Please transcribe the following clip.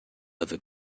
other